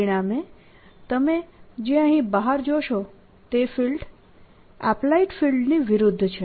પરિણામે તમે જે અહીં બહાર જોશો તે ફિલ્ડ એપ્લાઇડ ફિલ્ડની વિરુદ્ધ છે